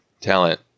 talent